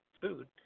food